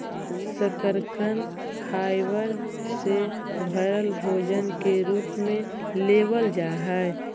शकरकन फाइबर से भरल भोजन के रूप में लेबल जा हई